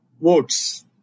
votes